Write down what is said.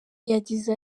yagize